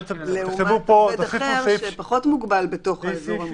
לעומת עובד אחר שפחות מוגבל בתוך האזור המוגבל.